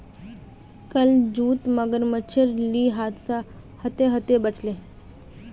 कल जूत मगरमच्छेर ली हादसा ह त ह त बच ले